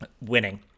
winning